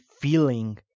feeling